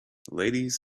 ladies